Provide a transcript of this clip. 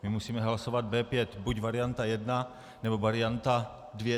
My musíme hlasovat B5 buď varianta jedna, nebo varianta dvě.